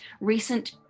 recent